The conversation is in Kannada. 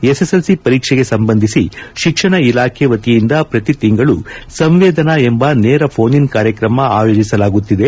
ಎಸ್ಎಸ್ಎಲ್ಸಿ ಪರೀಕ್ಷೆಗೆ ಸಂಬಂಧಿಸಿ ಶಿಕ್ಷಣ ಇಲಾಖೆ ವತಿಯಿಂದ ಪ್ರತಿ ತಿಂಗಳು ಸಂವೇದನಾ ಎಂಬ ನೇರ ಫೋನ್ ಇನ್ ಕಾರ್ಯಕ್ರಮ ಆಯೋಜಿಸಲಾಗುತ್ತಿದೆ